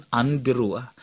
anbirua